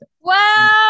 Wow